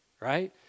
right